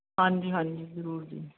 ਹਾਂਜੀ ਹਾਂਜੀ ਜ਼ਰੂਰ ਜੀ